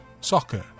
soccer